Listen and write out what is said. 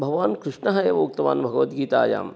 भगवान् कृष्णः एवम् उक्तवान् भगवद्गीतायाम्